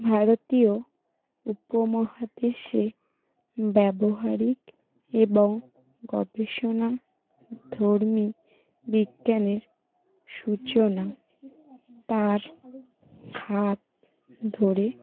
ভারতীয় উপমহাদেশে ব্যবহারিক এবং গবেষণাধর্মী বিজ্ঞানের সূচনা তার হাত ধরে